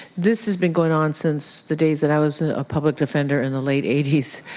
this has been going on since the days that i was a public defender, in the late eighty s.